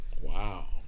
wow